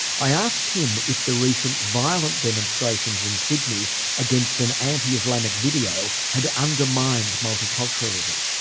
i asked him if the recent violent demonstrations in sydney against an anti-islamic video had undermined multiculturalism?